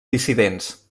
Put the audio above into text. dissidents